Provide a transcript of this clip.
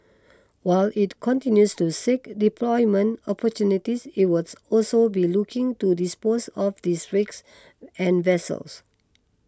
while it continues to seek deployment opportunities it was also be looking to dispose of these rigs and vessels